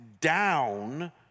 down